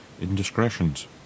indiscretions